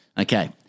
Okay